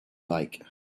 bike